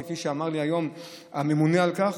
כפי שאמר לי היום הממונה על כך,